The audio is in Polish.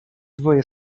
dwoje